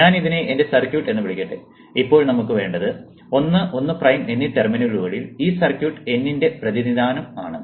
ഞാൻ ഇതിനെ എന്റെ സർക്യൂട്ട് എന്ന് വിളിക്കട്ടെ ഇപ്പോൾ നമുക്ക് വേണ്ടത് 1 1 പ്രൈം എന്നീ ടെർമിനലുകളിൽ ഈ സർക്യൂട്ട് N ന്റെ പ്രതിനിധാനം ആണ്